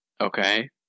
Okay